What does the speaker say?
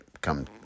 come